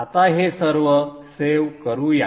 आता हे सर्व सेव्ह करूया